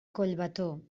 collbató